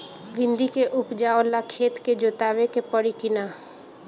भिंदी के उपजाव ला खेत के जोतावे के परी कि ना?